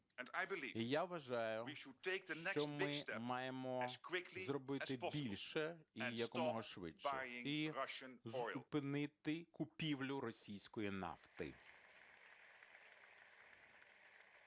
І я вважаю, що ми маємо зробити більше і якомога швидше, і зупинити купівлю російської нафти.